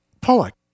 Pollock